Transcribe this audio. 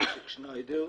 ממשק שניידר.